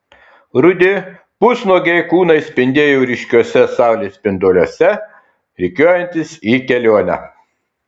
rudi pusnuogiai kūnai spindėjo ryškiuose saulės spinduliuose rikiuojantis į kelionę